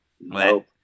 nope